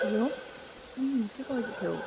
hello के गर्दैथ्यौ